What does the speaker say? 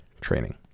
training